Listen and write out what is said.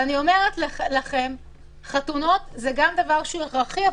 אני אומרת לכם שחתונות הוא דבר הכרחי,